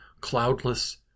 cloudless